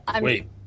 Wait